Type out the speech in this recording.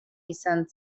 izan